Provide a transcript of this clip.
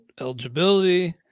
eligibility